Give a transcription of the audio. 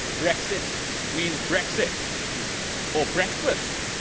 brexit means brexit or breakfast,